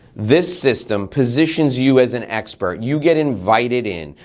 this system positions you as an expert. you get invited in.